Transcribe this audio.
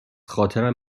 خاطرم